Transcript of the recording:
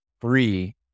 free